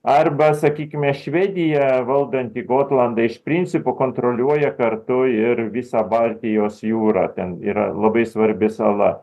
arba sakykime švedija valdanti gotlandą iš principo kontroliuoja kartu ir visą baltijos jūrą ten yra labai svarbi sala